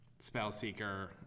Spellseeker